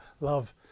love